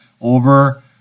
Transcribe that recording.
over